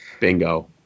Bingo